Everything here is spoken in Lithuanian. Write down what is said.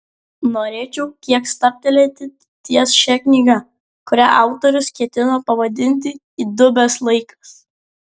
norėčiau kiek stabtelėti ties šia knyga kurią autorius ketino pavadinti įdubęs laikas